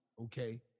okay